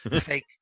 fake